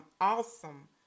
awesome